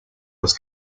los